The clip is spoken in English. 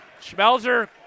schmelzer